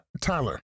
tyler